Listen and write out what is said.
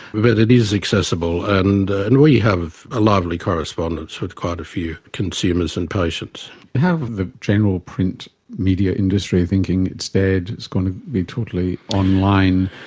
but it is accessible, and and we have a lively correspondence with quite a few consumers and patients. how have the general print media industry, thinking it's dead, it's going to be totally online,